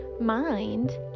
mind